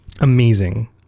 amazing